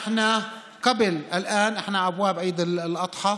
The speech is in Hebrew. נמצאים כעת בפתחו של עיד אל-אדחא,